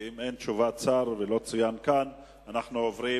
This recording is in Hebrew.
אם אין תשובת שר, זה לא צוין כאן, אנחנו עוברים